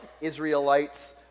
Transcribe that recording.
Israelites